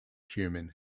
human